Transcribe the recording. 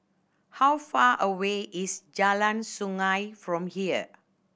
how far away is Jalan Sungei from here